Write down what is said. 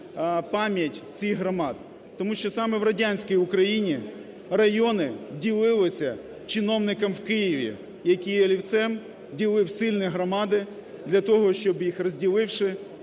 пам'ять цих громад. Тому що саме в радянській Україні райони ділилися чиновником в Києві, який олівцем ділив сильні громади для того, щоб, їх розділивши,